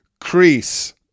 crease